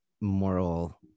moral